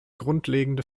grundlegende